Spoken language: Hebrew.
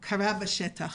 בשטח.